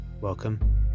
Welcome